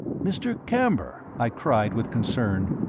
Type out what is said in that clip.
mr. camber, i cried, with concern,